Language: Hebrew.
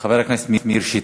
חבר הכנסת מאיר שטרית.